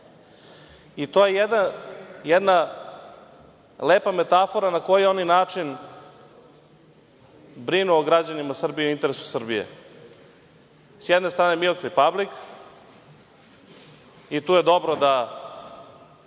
je jedna lepa metafora na koji oni način brinu o građanima Srbije, interesu Srbije. Sa jedne strane „Milk repablik“, i tu je dobro da